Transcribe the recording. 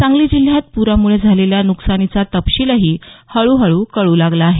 सांगली जिल्ह्यात पुरामुळे झालेल्या नुकसानीचा तपशीलही हळूहळू कळू लागला आहे